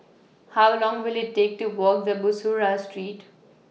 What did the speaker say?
How Long Will IT Take to Walk The Bussorah Street